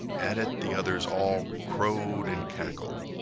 at it the others all crowed and cackled.